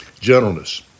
gentleness